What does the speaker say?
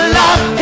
love